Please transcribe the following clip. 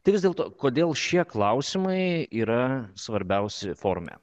tai vis dėlto kodėl šie klausimai yra svarbiausi forume